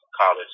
college